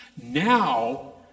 Now